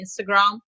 Instagram